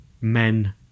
men